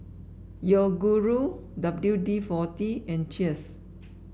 Yoguru W D forty and Cheers